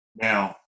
Now